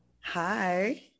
Hi